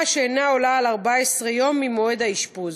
שאינה עולה על 14 יום ממועד האשפוז.